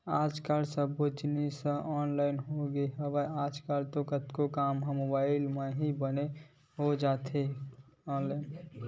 आज कल सब्बो जिनिस मन ह ऑनलाइन होगे हवय, आज कल तो कतको काम मन ह मुबाइल म ही बने हो जाथे ऑनलाइन